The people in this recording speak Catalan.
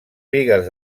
bigues